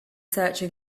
searching